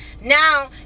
Now